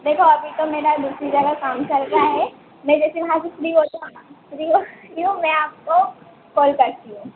देखो अभी तो मेरा दूसरी जगह काम चल रहा है मैं जैसे वहाँ से फ़्री हो जाऊँ न फ़्री होती हूँ मैं आपको कॉल करती हूँ